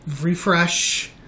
refresh